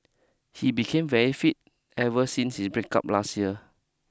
he became very fit ever since his breakup last year